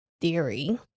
theory